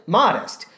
modest